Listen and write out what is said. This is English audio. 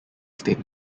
stayed